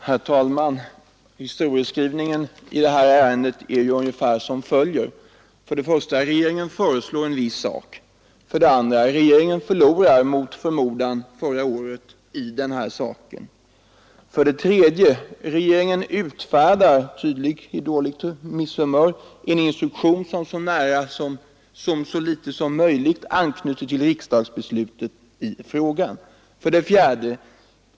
Granskning av Herr talman! Historieskrivningen i detta ärende är förenklat följande: Statsrådens ämbets 1. Regeringen föreslår en viss sak. utövning m.m. 2. Regeringen förlorar mot förmodan voteringen i denna sak. 3. Regeringen utfärdar, tydligen på dåligt humör, en instruktion som Riksdagens så litet som möjligt anknyter till riksdagsbeslutet i frågan. skrivelser till 4.